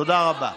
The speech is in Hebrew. תודה רבה.